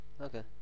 Okay